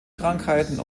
krankheiten